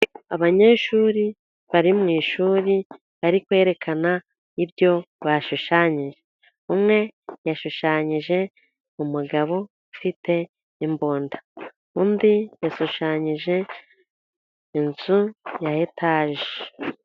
Abanyeshuri bari mu ishuri bari kwerekana ibyo bashushanyije, umwe yashushanyije umugabo ufite imbunda, undi yashushanyije inzu ya etage.